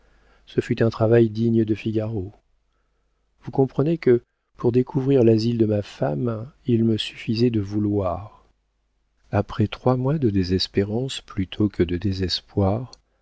ce fut un travail digne de figaro vous comprenez que pour découvrir l'asile de ma femme il me suffisait de vouloir après trois mois de désespérance plutôt que de désespoir